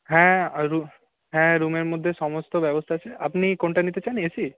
হ্যাঁ হ্যাঁ রুমের মধ্যে সমস্ত ব্যবস্থা আছে আপনি কোনটা নিতে চান এসি